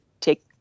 take